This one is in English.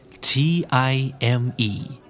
T-I-M-E